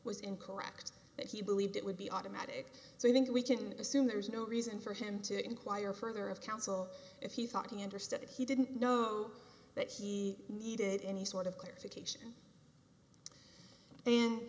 was incorrect that he believed it would be automatic so i think we can assume there is no reason for him to inquire further of counsel if he thought he understood he didn't know that he needed any sort of clarification and